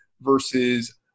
versus